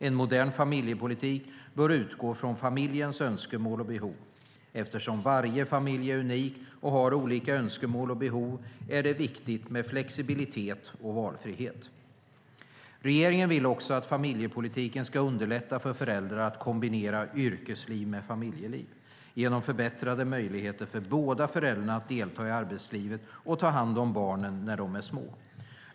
En modern familjepolitik bör utgå ifrån familjens önskemål och behov. Eftersom varje familj är unik och har olika önskemål och behov är det viktigt med flexibilitet och valfrihet. Regeringen vill också att familjepolitiken ska underlätta för föräldrar att kombinera yrkesliv med familjeliv, genom förbättrade möjligheter för båda föräldrarna att delta i arbetslivet och ta hand om barnen när de är små.